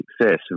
success